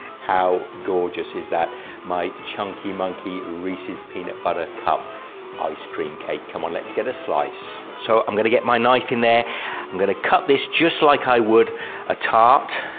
how gorgeous is that my chunky monkey reese's peanut butter cup ice cream cake come on let's get a slice so i'm going to get my knife in there i'm going to cut this just like i would a tart,